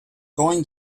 going